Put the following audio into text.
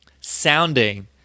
sounding